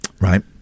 right